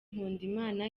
nkundimana